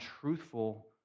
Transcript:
truthful